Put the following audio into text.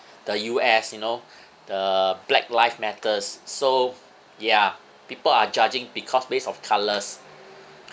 the U_S you know the black life matters so ya people are judging because based of colours